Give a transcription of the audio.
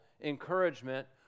encouragement